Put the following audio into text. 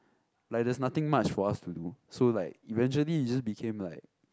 like there's nothing much for us to do so like eventually it's just became like